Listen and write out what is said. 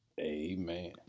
amen